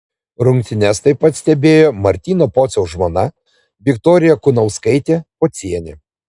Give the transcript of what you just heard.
rungtynes taip pat stebėjo martyno pociaus žmona viktorija kunauskaitė pocienė